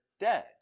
dead